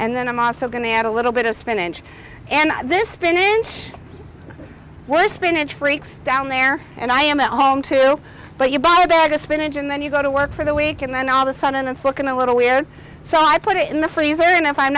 and then i'm also going to add a little bit of spinach and this pinch were spinach freaks down there and i am at home too but you buy a bag of spinach and then you go to work for the week and then all of a sudden it's looking a little weird so i put it in the freezer and if i'm